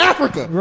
Africa